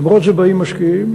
למרות זה באים משקיעים,